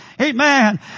amen